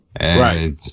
Right